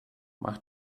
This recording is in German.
mach